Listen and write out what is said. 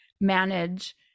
manage